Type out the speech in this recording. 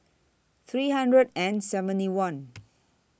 three hundred and seventy one